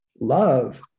Love